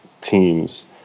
teams